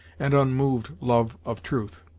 and unmoved love of truth.